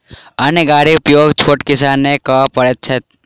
अन्न गाड़ीक उपयोग छोट किसान नै कअ पबैत छैथ